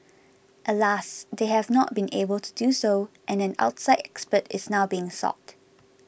alas they have not been able to do so and an outside expert is now being sought